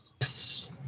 Yes